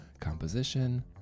composition